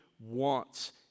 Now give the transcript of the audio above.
wants